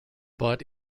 but